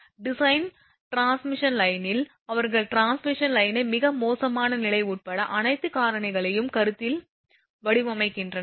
design transmission லைனில் அவர்கள் transmission லைனை மிக மோசமான நிலை உட்பட அனைத்து காரணிகளையும் கருதி வடிவமைக்கின்றனர்